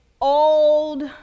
old